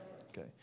Okay